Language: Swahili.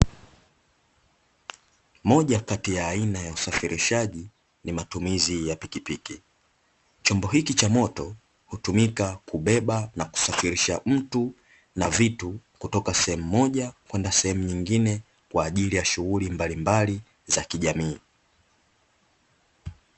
Moja kati ya aina ya usafirishaji ni matumizi ya pikipiki, chombo hiki cha moto hutumika kubeba na kusafirisha mtu na vitu kutoka sehemu moja kwenda sehemu nyingine kwa ajili ya shughuli mbalimbali za kijamii.